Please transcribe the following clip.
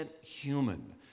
human